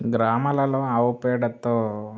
గ్రామాలలో ఆవుపేడతో